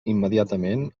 immediatament